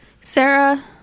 Sarah